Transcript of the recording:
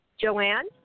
Joanne